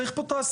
צריך פה תעשייה.